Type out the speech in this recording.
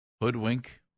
hoodwink